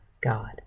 God